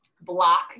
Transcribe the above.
block